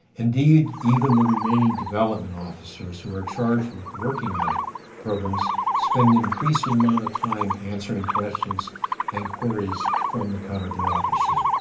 indeed, even the remaining development officers who are charged with working on programs, spend increasing amount of time answering questions and queries from the counter-bureaucracy.